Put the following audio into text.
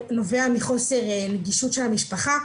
נובע מחוסר נגישות של המשפחה.